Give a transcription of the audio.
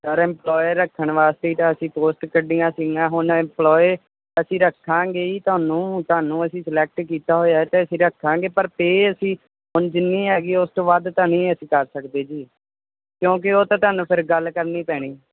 sir employee ਰੱਖਣ ਵਾਸਤੇ ਹੀ ਤਾਂ ਅਸੀਂ ਪੋਸਟ ਕੱਢੀਆਂ ਸੀਗੀਆਂ ਹੁਣ ਇੰਮਪਲੋਏ ਅਸੀਂ ਰੱਖਾਂਗੇ ਹੀ ਤੁਹਾਨੂੰ ਤੁਹਾਨੂੰ ਅਸੀਂ ਸਲੈਕਟ ਕੀਤਾ ਹੋਇਆ ਅਤੇ ਅਸੀਂ ਰੱਖਾਂਗੇ ਪਰ ਪੇ ਅਸੀਂ ਹੁਣ ਜਿੰਨੀ ਹੈਗੀ ਉਸ ਤੋਂ ਵੱਧ ਤਾਂ ਨਹੀਂ ਅਸੀਂ ਕਰ ਸਕਦੇ ਜੀ ਕਿਉਂਕਿ ਉਹ ਤਾਂ ਤੁਹਾਨੂੰ ਫਿਰ ਗੱਲ ਕਰਨੀ ਪੈਣੀ